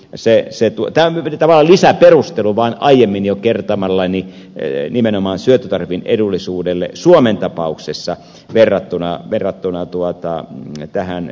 tämä on tavallaan vaan lisäperustelu aiemmin jo kertomalleni nimenomaan syöttötariffin edullisuudelle suomen tapauksessa verrattuna vihreään sertifikaattiin